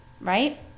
Right